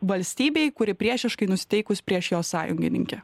valstybei kuri priešiškai nusiteikus prieš jos sąjungininkę